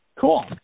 Cool